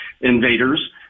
invaders